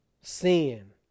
Sin